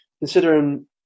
considering